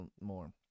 more